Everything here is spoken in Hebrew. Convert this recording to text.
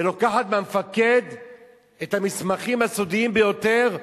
ולוקחת מהמפקד את המסמכים הסודיים ביותר,